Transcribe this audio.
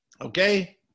okay